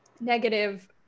negative